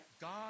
God